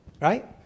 right